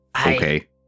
Okay